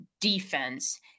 defense